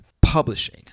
publishing